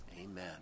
amen